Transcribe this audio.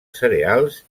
cereals